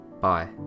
Bye